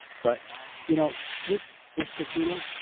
but you know, this this casino,